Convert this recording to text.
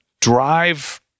drive